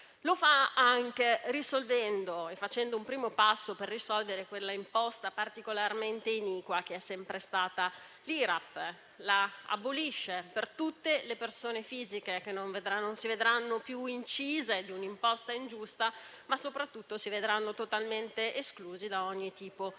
Lo fa anche facendo un primo passo per risolvere quell'imposta particolarmente iniqua che è sempre stata l'IRAP, abolendola per tutte le persone fisiche che non si vedranno più gravate da un'imposta ingiusta, ma soprattutto si vedranno totalmente escluse da ogni tipo di